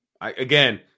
Again